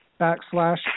backslash